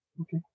Okay